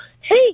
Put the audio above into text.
Hey